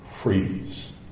freeze